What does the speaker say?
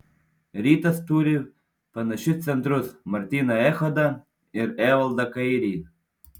rytas turi panašius centrus martyną echodą ir evaldą kairį